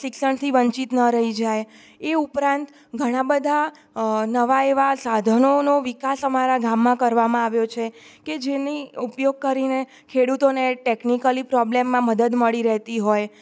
શિક્ષણથી વંચિત ન રહી જાય એ ઉપરાંત ઘણા બધા નવાં એવા સાધનોનો વિકાસ અમારાં ગામમાં કરવામાં આવ્યો છે કે જેની ઉપયોગ કરીને ખેડૂતોને ટેકનિકલી પ્રોબ્લેમમાં મદદ મળી રહેતી હોય